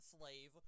slave